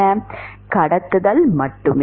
கடத்துதல் மட்டுமே